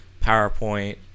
PowerPoint